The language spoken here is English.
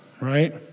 right